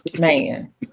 Man